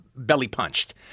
belly-punched